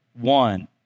One